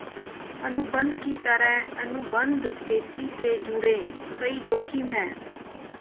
अनुबंध की तरह, अनुबंध खेती से जुड़े कई जोखिम है